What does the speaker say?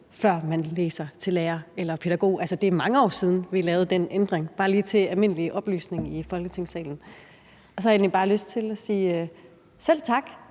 før man læser til lærer eller pædagog. Det er mange år siden, at vi lavede den ændring. Det er bare lige til almindelig oplysning her i Folketingssalen. Så har jeg egentlig bare lyst til at sige selv tak